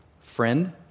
friend